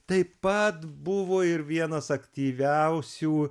taip pat buvo ir vienas aktyviausių